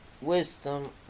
wisdom